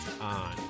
on